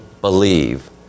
believe